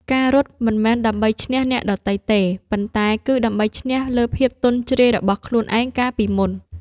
ការរត់មិនមែនដើម្បីឈ្នះអ្នកដទៃទេ ប៉ុន្តែគឺដើម្បីឈ្នះលើភាពទន់ជ្រាយរបស់ខ្លួនឯងកាលពីមុន។